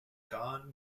gone